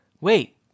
wait